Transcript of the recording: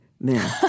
men